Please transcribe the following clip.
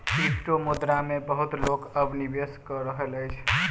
क्रिप्टोमुद्रा मे बहुत लोक अब निवेश कय रहल अछि